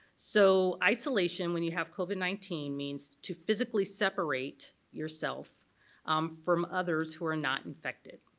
so isolation, when you have covid nineteen, means to physically separate yourself from others who are not infected.